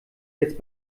jetzt